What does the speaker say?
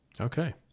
Okay